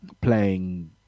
playing